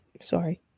Sorry